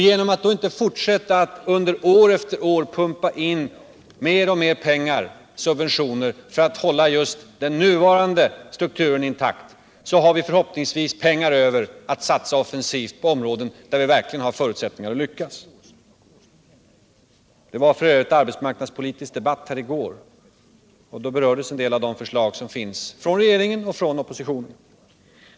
Genom att vi inte fortsätter att underår efter år pumpa in mer och mer pengar, subventioner, för att hålla just den nuvarande strukturen intakt har vi förhoppningsvis pengar över att satsa offensivt på områden där vi verkligen har förutsättningar att lyckas. Det var f. ö. arbetsmarknadspolitisk debatt här i går, och då berördes en del av de förslag som finns från regeringen och från oppositionen.